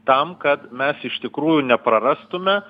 tam kad mes iš tikrųjų neprarastume